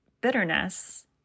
bitterness